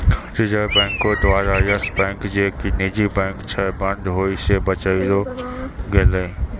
reserve बैंको द्वारा Yes Bank जे कि निजी बैंक छै, बंद होय से बचैलो गेलै